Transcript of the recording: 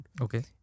Okay